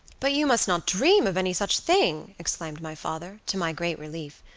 but you must not dream of any such thing, exclaimed my father, to my great relief.